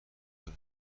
دارد